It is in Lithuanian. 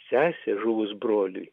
sesė žuvus broliui